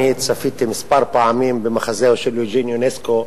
אני צפיתי מספר פעמים במחזהו של יוג'ין יונסקו,